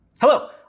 Hello